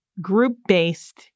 group-based